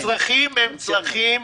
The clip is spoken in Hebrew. הצרכים הם צרכים